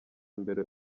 imbere